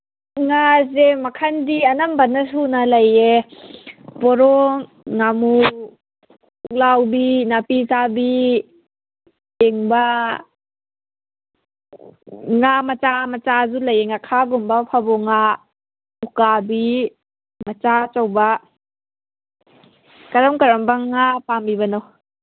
ꯉꯥꯁꯦ ꯃꯈꯟꯗꯤ ꯑꯅꯝꯕꯅ ꯁꯨꯔꯦ ꯂꯩꯌꯦ ꯄꯣꯔꯣꯡ ꯉꯥꯃꯨ ꯄꯨꯛꯂꯥꯎꯕꯤ ꯅꯥꯄꯤ ꯆꯥꯕꯤ ꯄꯦꯡꯕꯥ ꯉꯥ ꯃꯆꯥ ꯃꯆꯥꯁꯨ ꯂꯩꯌꯦ ꯉꯈꯥꯒꯨꯝꯕ ꯐꯥꯕꯣꯡ ꯉꯥ ꯎꯀꯥꯕꯤ ꯃꯆꯥ ꯑꯆꯧꯕ ꯀꯔꯝ ꯀꯔꯝꯕ ꯉꯥ ꯄꯥꯝꯕꯤꯕꯅꯣ